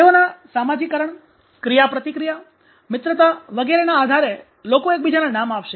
તેઓના સામાજીકરણ ક્રિયાપ્રતિક્રિયા મિત્રતા વગેરેના આધારે લોકો એકબીજાના નામ આપશે